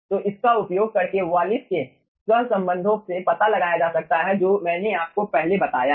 तो इसका उपयोग करके वॉलिस के सहसंबंध से पता लगाया जा सकता है जो मैंने आपको पहले बताया है